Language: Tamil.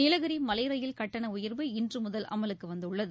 நீலகிரி மலை ரயில் கட்டண உயர்வு இன்று முதல் அமலுக்கு வந்துள்ளது